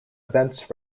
events